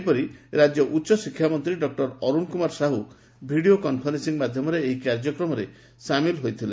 ସେହିପରି ଉଚ୍ଚଶିଷାମନ୍ତୀ doctor Arun Kumar Sahu video conferencing ମାଧ୍ଧମରେ ଏହି କାର୍ଯ୍ୟକ୍ରମରେ ସାମିଲ ହୋଇଥିଲେ